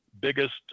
biggest